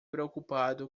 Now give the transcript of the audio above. preocupado